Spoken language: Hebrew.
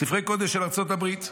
ספרי הקודש של ארצות הברית.